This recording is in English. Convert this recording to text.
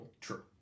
True